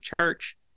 church